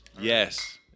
Yes